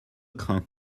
crains